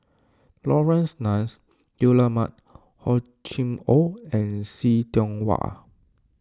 Laurence Nunns Guillemard Hor Chim or and See Tiong Wah